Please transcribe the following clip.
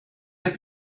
heb